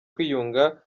kwiyunga